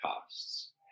costs